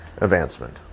advancement